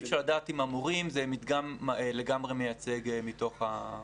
אי אפשר לדעת אם המורים זה מדגם לגמרי מייצג מתוך האוכלוסייה.